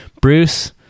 bruce